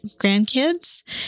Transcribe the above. grandkids